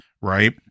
right